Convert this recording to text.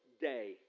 day